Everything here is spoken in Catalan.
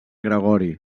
gregori